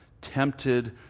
tempted